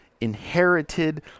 inherited